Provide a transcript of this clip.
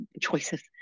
choices